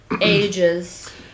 Ages